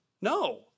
No